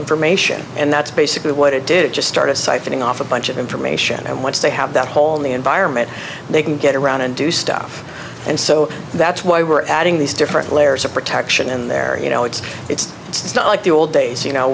information and that's basically what it did it just started siphoning off a bunch of information and once they have that hole in the environment they can get around and do stuff and so that's why we're adding these different layers of protection in there you know it's it's it's not like the old days you know